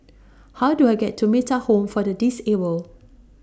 How Do I get to Metta Home For The Disabled